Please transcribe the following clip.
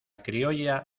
criolla